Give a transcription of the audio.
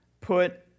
put